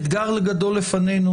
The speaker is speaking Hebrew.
אתגר גדול לפנינו,